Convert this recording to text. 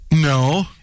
No